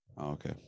Okay